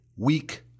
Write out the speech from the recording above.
Weak